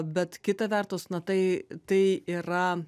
bet kita vertus na tai tai yra